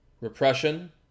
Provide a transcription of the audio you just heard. repression